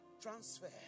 transfer